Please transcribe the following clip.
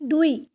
দুই